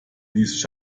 ließ